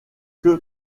que